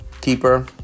keeper